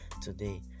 today